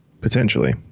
Potentially